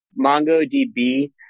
MongoDB